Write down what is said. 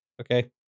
Okay